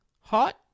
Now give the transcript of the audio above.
hot